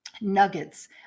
nuggets